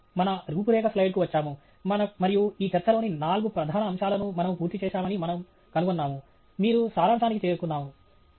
మనము మన రూపురేఖ స్లైడ్కు వచ్చాము మరియు ఈ చర్చలోని నాలుగు ప్రధాన అంశాలను మనము పూర్తి చేశామని మనము కనుగొన్నాము మీరు సారాంశానికి చేరుకున్నాము